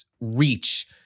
reach